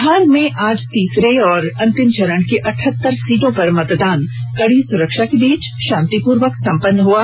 बिहार में आज तीसरे और अंतिम चरण की अटहत्तर सीटों पर मतदान कड़ी सुरक्षा के बीच शांतिपूर्वक सम्पन्न हो गया